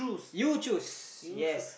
you choose yes